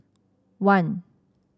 one